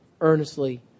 earnestly